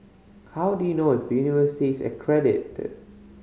how do you know if a university is accredited